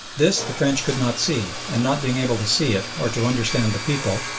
this the french could not see, and not being able to see it, or to understand the people,